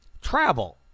travel